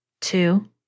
Two